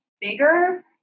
bigger